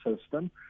system